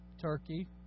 turkey